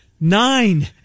Nine